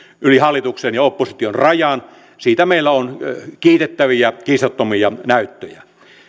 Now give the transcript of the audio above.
yli hallituksen ja opposition rajan siitä meillä on kiitettäviä kiistattomia näyttöjä